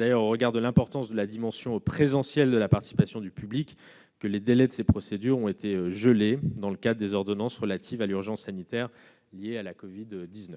aussi au regard de l'importance de la dimension présentielle de la participation du public que les délais de ces procédures ont été gelés dans le cadre des ordonnances relatives à l'urgence sanitaire liée à l'épidémie